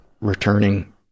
returning